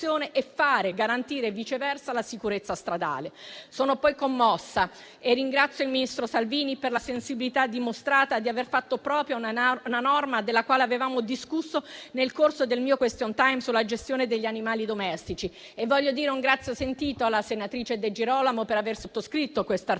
e garantire viceversa la sicurezza stradale. Sono poi commossa e ringrazio il ministro Salvini per la sensibilità dimostrata nell'aver fatto propria una norma della quale avevamo discusso nel corso del mio *question time* sulla gestione degli animali domestici. Voglio dire un grazie sentito alla senatrice De Girolamo, per aver sottoscritto questo articolo,